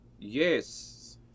Yes